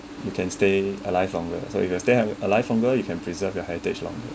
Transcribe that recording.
you can stay alive longer so you can stay alive longer you can preserve your heritage longer